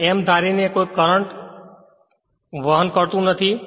અને એમ ધારીને કે કોઈ કરંટ વહન કરતું નથી